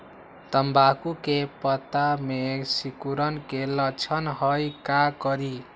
तम्बाकू के पत्ता में सिकुड़न के लक्षण हई का करी?